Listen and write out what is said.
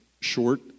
short